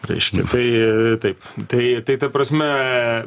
reiškia tai taip tai tai ta prasme